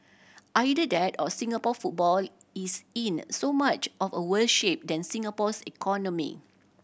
either that or Singapore football is in so much of a worse shape than Singapore's economy